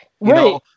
Right